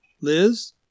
Liz